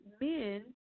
men